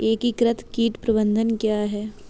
एकीकृत कीट प्रबंधन क्या है?